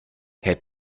herr